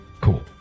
cool